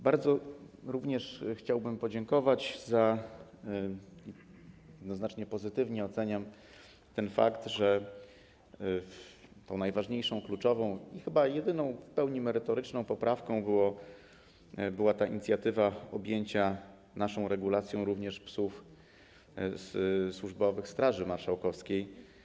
Bardzo również chciałbym podziękować za to - jednoznacznie pozytywnie oceniam ten fakt - że tą najważniejszą, kluczową i chyba jedyną w pełni merytoryczną poprawką była inicjatywa objęcia naszą regulacją również psów służbowych Straży Marszałkowskiej.